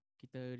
kita